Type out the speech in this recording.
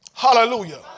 Hallelujah